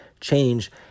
change